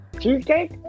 Cheesecake